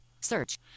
search